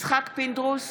יצחק פינדרוס,